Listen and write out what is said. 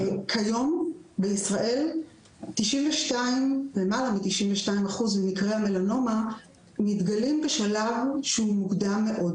כיום בישראל למעלה מ-92% במקרי המלנומה מתגלים בשלב שהוא מוקדם מאוד,